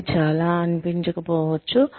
అది అలా అనిపించకపోవచ్చు